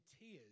tears